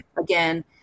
again